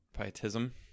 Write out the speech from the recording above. Pietism